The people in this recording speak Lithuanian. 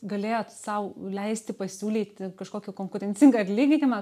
galėjo sau leisti pasiūlyti kažkokį konkurencingą atlyginimą